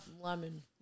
lemon